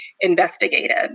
investigated